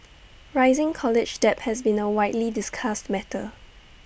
rising college debt has been A widely discussed matter